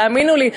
תאמינו לי,